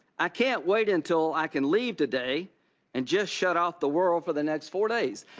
i can't wait until i can leave today and just shut off the world for the next four days.